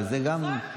נכון, נכון.